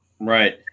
Right